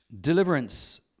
Deliverance